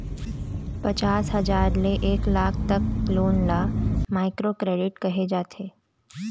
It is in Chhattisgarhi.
पचास हजार ले एक लाख तक लोन ल माइक्रो करेडिट कहे जाथे